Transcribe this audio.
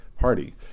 party